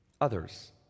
Others